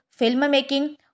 filmmaking